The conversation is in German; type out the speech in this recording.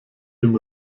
dem